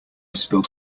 spilled